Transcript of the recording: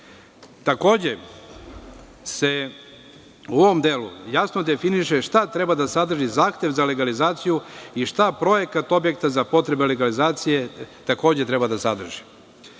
ocenjujem kao dobro. Jasno se definiše šta treba da sadrži zahtev za legalizaciju i šta projekat objekta za potrebe legalizacije takođe treba da sadrži.